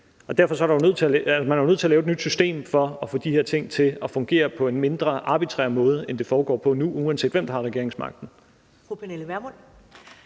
Derfor er man nødt til at lave et nyt system for at få de her ting til at fungere på en mindre arbitrær måde, end det foregår på nu, uanset hvem der har regeringsmagten.